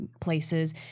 places